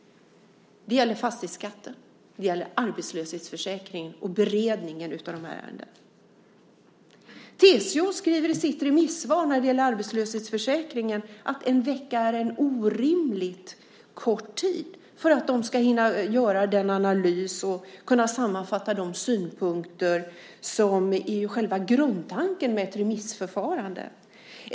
Det gäller fastighetsskatten, det gäller arbetslöshetsförsäkringen och det gäller beredningen av de här ärendena. TCO skriver i sitt remissvar om arbetslöshetsförsäkringen att en vecka är en orimligt kort tid för att man ska hinna göra den analys och kunna sammanfatta de synpunkter som är själva grundtanken med ett remissförfarande.